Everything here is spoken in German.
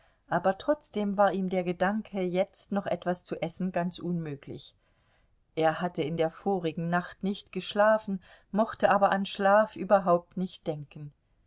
aber trotzdem war ihm der gedanke jetzt noch etwas zu essen ganz unmöglich er hatte in der vorigen nacht nicht geschlafen mochte aber an schlaf überhaupt nicht denken